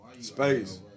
space